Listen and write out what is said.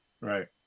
Right